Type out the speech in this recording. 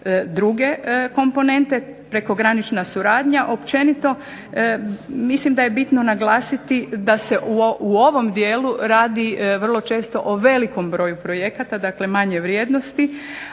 druge komponente, prekogranična suradnja, općenito mislim da je bitno naglasiti da se u ovom dijelu radi vrlo često o velikom broju projekata, manje vrijednosti